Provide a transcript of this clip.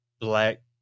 black